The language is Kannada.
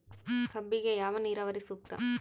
ಕಬ್ಬಿಗೆ ಯಾವ ನೇರಾವರಿ ಸೂಕ್ತ?